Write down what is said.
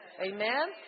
amen